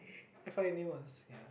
F_Y_N_A once ya